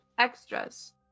Extras